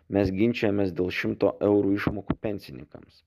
mes ginčijamės dėl šimto eurų išmokų pensininkams